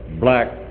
Black